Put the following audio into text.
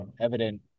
evident